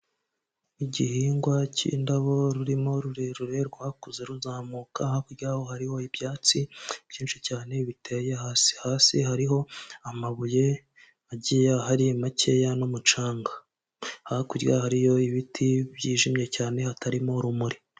Igihingwa cy'indabo rurimo rurerure rwakuze ruzamuka hakurya yaho hariho ibyatsi byinshi cyane biteye hasi hasi hariho amabuye, agiye ari makeya n'umucanga hakurya harya yaho hari ibiti byijimye cyane hatarimo urumuri.